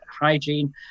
hygiene